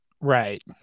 right